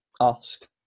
ask